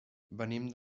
venim